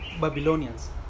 Babylonians